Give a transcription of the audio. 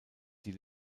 die